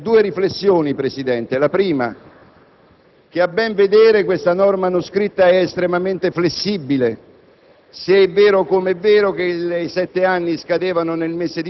Questo mi consente due riflessioni, Presidente. La prima: a ben vedere questa norma non scritta è estremamente flessibile,